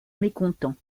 mécontents